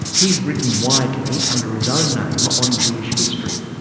he's written widely under his own name on jewish history.